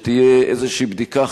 שתהיה איזו בדיקה,